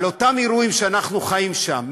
על אותם אירועים שאנחנו חיים שם,